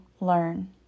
learn